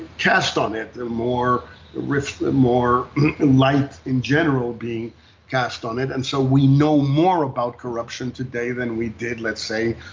cast on it. the more risk, the more light in general being cast on it. and so we know more about corruption today than we did, let's say,